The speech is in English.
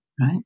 right